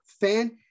fan